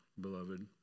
beloved